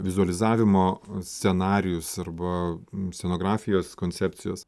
vizualizavimo scenarijus arba scenografijos koncepcijos